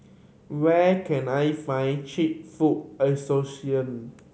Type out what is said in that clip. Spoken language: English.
where can I find cheap food